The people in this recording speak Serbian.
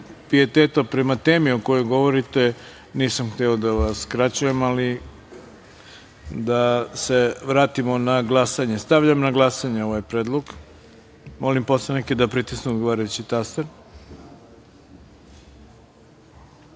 pijeteta prema temi o kojoj govorite nisam hteo da vas skraćujem, ali da se vratimo na glasanje. Stavljam na glasanje ovaj predlog. Molim poslanike da pritisnu odgovarajući